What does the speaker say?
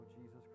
Jesus